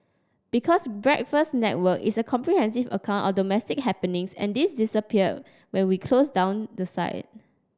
because Breakfast Network is a comprehensive account of domestic happenings and this disappear when we close down the site